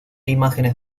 imágenes